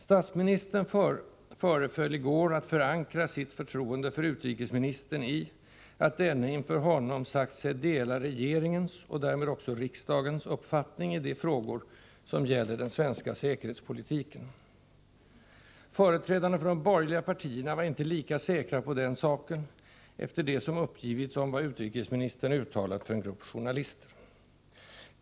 Statsministern föreföll i går att förankra sitt förtroende för utrikesministern i att denne inför honom sagt sig dela regeringens — och därmed också riksdagens — uppfattning i de frågor, som gäller den svenska säkerhetspolitiken. Företrädarna för de borgerliga partierna var inte lika säkra på den saken efter det som uppgivits om vad utrikesministern uttalat för en grupp journalister.